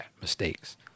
mistakes